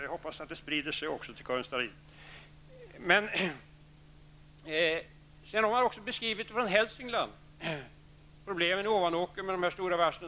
Jag hoppas att detta sprider sig också till Karin Starrin. Man har också beskrivit situationen i Hälsingland, bl.a. problemen i Ovanåker med stora varsel.